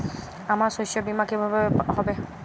আমার শস্য বীমা কিভাবে হবে?